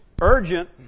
urgent